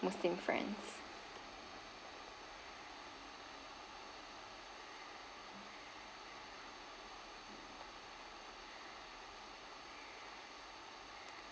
muslim friend